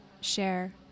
share